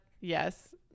Yes